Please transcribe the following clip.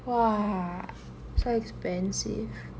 !wah! so expensive